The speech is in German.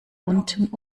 unten